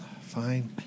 Fine